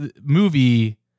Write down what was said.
movie